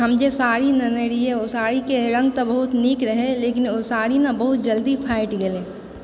हम जे साड़ी नेने रहिऐ ओ साड़ीके रङ्ग तऽ बहुत नीक रहै लेकिन ओ साड़ी ने बहुत जल्दी फाटि गेलै